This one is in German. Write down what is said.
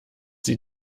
sie